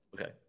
Okay